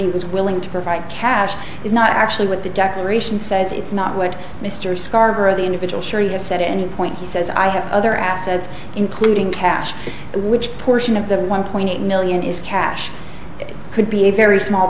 is willing to provide cash is not actually what the declaration says it's not what mr scarborough the individual serious at any point he says i have other assets including cash which portion of the one point eight million is cash it could be a very small